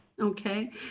Okay